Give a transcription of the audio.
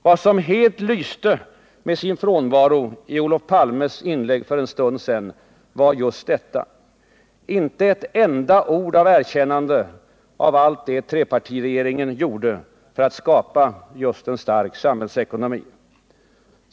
Vad som helt lyste med sin frånvaro i Olof Palmes inlägg för en stund sedan var just detta: Inte ett enda ord av erkännande åt allt det trepartiregeringen gjorde för att skapa en stark samhällsekonomi.